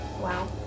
Wow